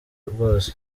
bwose